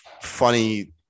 funny